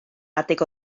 adeg